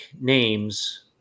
names